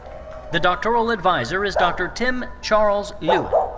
the doctoral adviser is dr. tim charles lieuwen.